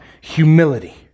humility